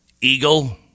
Eagle